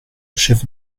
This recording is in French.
chef